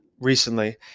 recently